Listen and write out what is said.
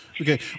Okay